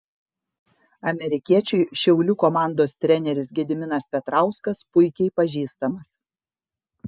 amerikiečiui šiaulių komandos treneris gediminas petrauskas puikiai pažįstamas